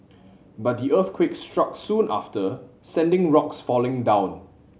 but the earthquake struck soon after sending rocks falling down